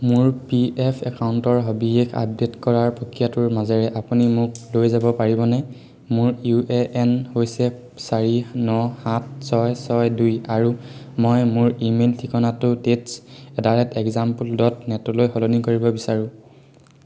মোৰ P F একাউণ্টৰ সবিশেষ আপডে'ট কৰাৰ প্ৰক্ৰিয়াটোৰ মাজেৰে আপুনি মোক লৈ যাব পাৰিবনে মোৰ ইউ এ এন হৈছে চাৰি ন সাত ছয় ছয় দুই আৰু মই মোৰ ইমেইল ঠিকনাটো test at the rate example dot নেটলৈ সলনি কৰিব বিচাৰোঁ